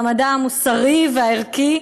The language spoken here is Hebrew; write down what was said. מעמדה המוסרי והערכי.